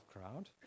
crowd